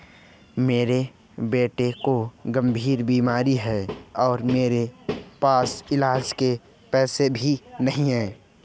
मेरे बेटे को गंभीर बीमारी है और मेरे पास इलाज के पैसे भी नहीं